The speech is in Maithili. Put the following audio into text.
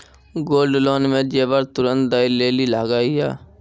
गोल्ड लोन मे जेबर तुरंत दै लेली लागेया?